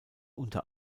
unter